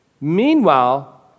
Meanwhile